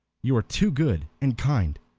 you are too good and kind,